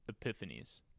Epiphanies